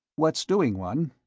what's doing, one?